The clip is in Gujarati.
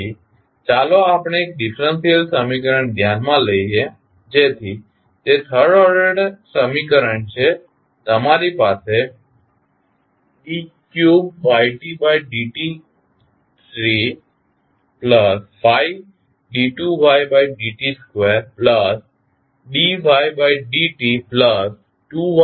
તેથી ચાલો આપણે એક ડીફરન્સીયલ સમીકરણ ધ્યાનમાં લઈએ જેથી તે થર્ડ ઓર્ડર સમીકરણ છે તમારી પાસે d3ydt35d2ydt2dydt2ytu છે